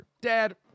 dad